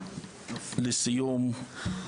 לסיום,